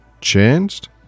changed